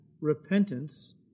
repentance